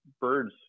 birds